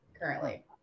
currently